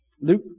Luke